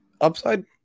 upside